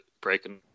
breaking